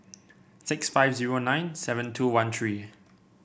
six five zero nine seven two one three